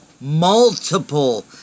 multiple